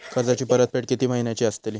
कर्जाची परतफेड कीती महिन्याची असतली?